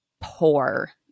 poor